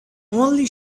only